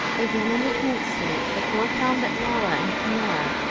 again in the trance state, the four found that rolla and cunora,